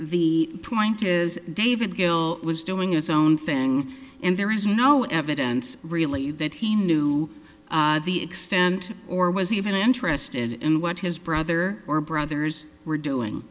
the point is david gill was doing his own thing and there is no evidence really that he knew the extent or was even interested in what his brother or brothers were doing